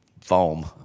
foam